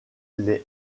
les